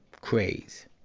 craze